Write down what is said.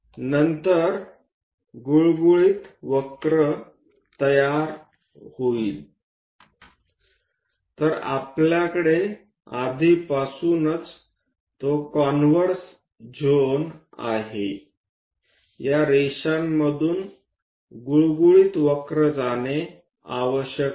नंतर गुळगुळीत वक्र होतील तर आपल्याकडे आधीपासूनच तो कन्व्हर्स झोन आहे या रेषांमधून गुळगुळीत वक्र जाणे आवश्यक आहे